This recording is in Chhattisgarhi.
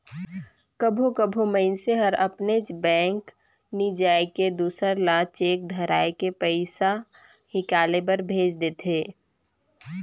कभों कभों मइनसे हर अपनेच बेंक नी जाए के दूसर ल चेक धराए के पइसा हिंकाले बर भेज देथे